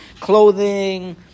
clothing